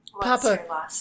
Papa